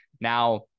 Now